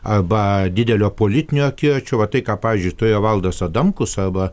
arba didelio politinio akiračio vai tai ką pavyzdžiui turėjo valdas adamkus arba